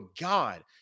God